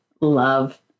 love